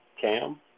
Cam